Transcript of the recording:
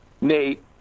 Nate